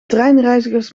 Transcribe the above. treinreizigers